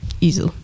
easy